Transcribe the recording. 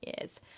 years